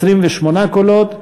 28 קולות,